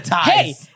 hey